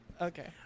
okay